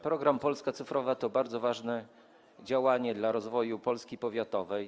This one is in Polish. Program „Polska cyfrowa” to bardzo ważne działanie dla rozwoju Polski powiatowej.